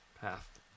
path